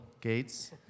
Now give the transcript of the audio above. Gates